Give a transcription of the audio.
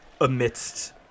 amidst